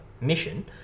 mission